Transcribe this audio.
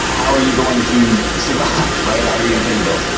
how are you going to survive, right? how are you going to pay the bills?